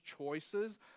choices